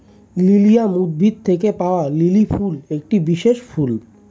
lilium উদ্ভিদ থেকে পাওয়া লিলি ফুল একটি বিশেষ ফুল